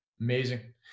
amazing